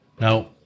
Now